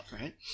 right